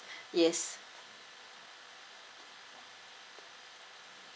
yes